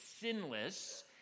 sinless